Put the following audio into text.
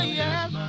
yes